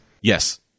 Yes